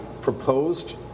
proposed